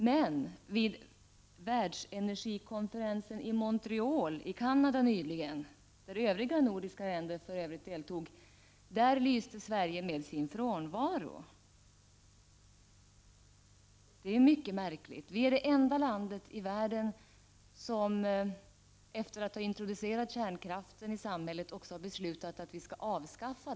Men vid världsenergikonferensen i Montreal i Canada nyligen, där de övriga nordiska länderna deltog, lyste Sverige med sin frånvaro. Detta är mycket märkligt. Sverige är det enda landet i världen som efter det att ha introducerat kärnkraften i samhället beslutat att den skall avskaffas.